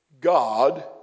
God